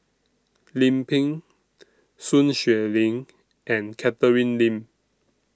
Lim Pin Sun Xueling and Catherine Lim